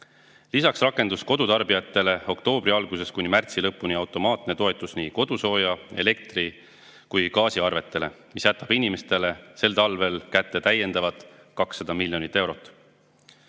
Lisaks rakendatakse kodutarbijatele oktoobri algusest kuni märtsi lõpuni automaatset toetust nii kodusooja-, elektri- kui gaasiarvete maksmisel, mis jätab inimestele sel talvel kätte täiendavalt 200 miljonit eurot.